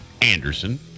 Anderson